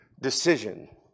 decision